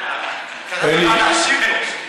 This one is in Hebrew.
מה להשיב לו.